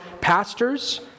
pastors